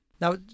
Now